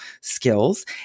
skills